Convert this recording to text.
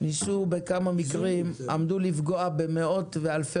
ניסו בכמה מקרים ועמדו לפגוע במאות ואלפי